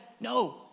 no